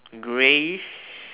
greyish